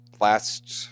Last